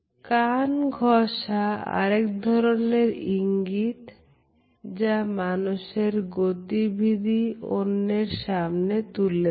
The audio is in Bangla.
কান ঘষা আরেক ধরনের ইঙ্গিত যা মানুষের গতিবিধি অন্যের সামনে তুলে ধরে